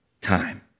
time